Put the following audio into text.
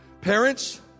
Parents